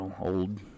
old